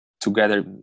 together